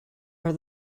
are